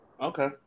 Okay